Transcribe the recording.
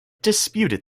disputed